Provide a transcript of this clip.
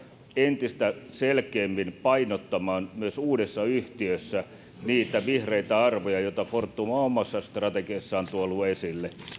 entistä selkeämmin painottamaan myös uudessa yhtiössä niitä vihreitä arvoja joita fortum on omassa strategiassaan tuonut esille